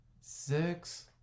six